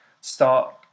start